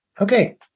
Okay